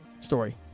story